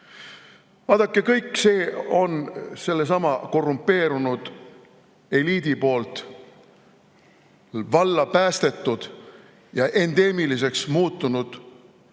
kõik see on sellesama korrumpeerunud eliidi poolt valla päästetud ja endeemiliseks muutunud